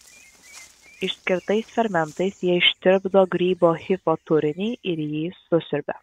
išskirtais fermentais jie ištirpdo grybo hifo turinį ir jį susiurbia